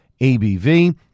ABV